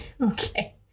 Okay